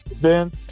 Ben